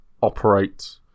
Operate